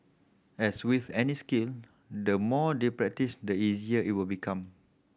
as with any skill the more they practise the easier it will become